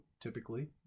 typically